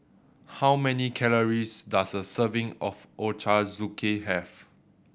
how many calories does a serving of Ochazuke have